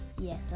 Yes